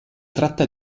tratta